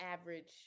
average